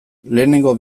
lehenengo